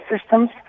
systems